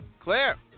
Claire